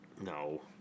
no